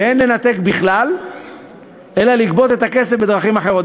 שאין לנתק בכלל אלא לגבות את הכסף בדרכים אחרות.